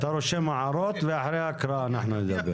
אתה רושם הערות ואחרי ההקראה אנחנו נדבר.